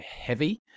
heavy